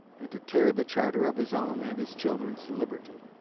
and to tear the charter of his own and his children's liberty.